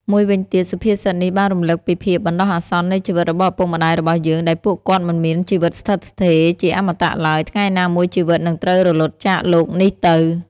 មួយវិញទៀត សុភាសិតនេះបានរំលឹកពីភាពបណ្តោះអាសន្ននៃជីវិតរបស់ឪពុកម្តាយរបស់យើង ដែលពួកគាត់មិនមានជីវិតស្ថិតស្ថេរជាអមតៈឡើយ ថ្ងៃណាមួយជីវិតនិងត្រូវរលត់ចាកលោកនេះទៅ។